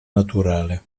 naturale